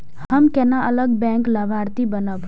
हम केना अलग बैंक लाभार्थी बनब?